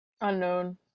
Unknown